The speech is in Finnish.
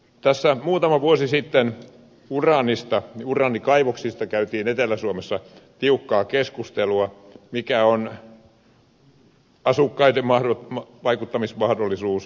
tässä muutama vuosi sitten uraanikaivoksista käytiin etelä suomessa tiukkaa keskustelua mikä on asukkaiden vaikuttamismahdollisuus